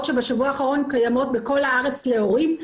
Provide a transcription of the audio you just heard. שבשבוע האחרון קיימות בכל הארץ להורים.